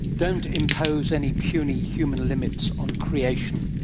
don't impose any puny human limits on creation,